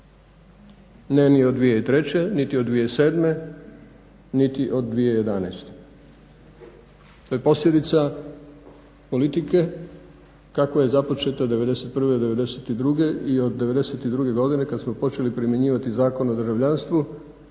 ne ni od 2003., niti od 2007., niti od 2011. To je posljedica politike kakva je započeta 1991., 1992. i od 1992. godine kad smo počeli primjenjivati Zakon o državljanstvu